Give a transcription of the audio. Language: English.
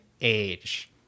age